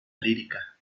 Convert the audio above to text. lírica